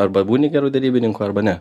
arba būni geru derybininku arba ne